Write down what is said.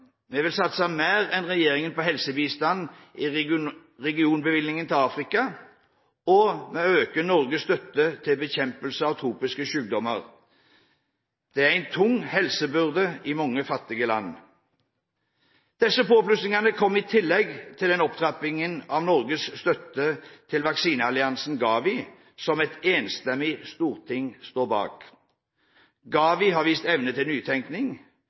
Vi vil satse mer enn regjeringen på helsebistand i regionbevilgningen til Afrika, og vi øker Norges støtte til bekjempelse av tropiske sykdommer. Det er en tung helsebyrde i mange fattige land. Disse påplussingene kommer i tillegg til opptrapping av Norges støtte til vaksinealliansen GAVI, som et enstemmig storting står bak. GAVI har vist evne til nytenkning,